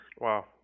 Wow